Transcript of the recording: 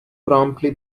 promptly